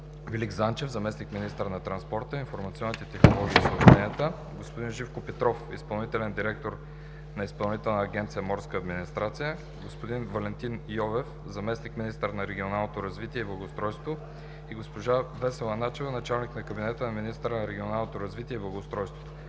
Велик Занчев – заместник-министър на транспорта, информационните технологии и съобщенията, господин Живко Петров – изпълнителен директор на Изпълнителна агенция „Морска администрация“, господин Валентин Йовев – заместник-министър на регионалното развитие и благоустройството, госпожа Весела Начева – началник на кабинета на министъра на регионалното развитие и благоустройството,